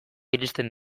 iristen